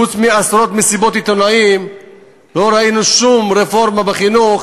חוץ מעשרות מסיבות עיתונאים לא ראינו שום רפורמה בחינוך